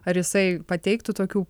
ar jisai pateiktų tokių